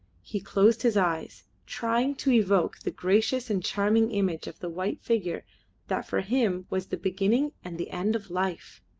he closed his eyes, trying to evoke the gracious and charming image of the white figure that for him was the beginning and the end of life.